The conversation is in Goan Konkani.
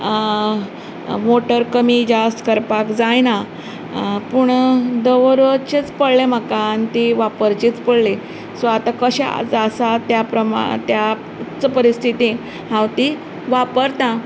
मोटर कमी जास्त करपाक जायना पूण दवरचेच पडलें म्हाका आनी ती वापरचीच पडली सो आतां कशें आसा त्या प्रमाण त्याच्च परिस्थितींत हांव ती वापरतां